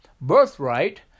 birthright